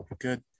good